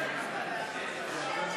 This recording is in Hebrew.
למה שמית?